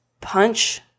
punch